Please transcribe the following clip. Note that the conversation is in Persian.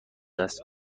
است